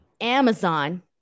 Amazon